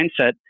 mindset